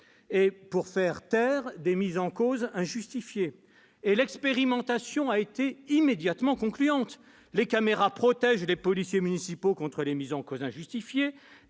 pour faire taire les mises en cause injustifiées. L'expérimentation a été immédiatement concluante. Les caméras protègent bien les policiers municipaux contre les mises en cause injustifiées.